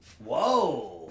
Whoa